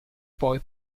poi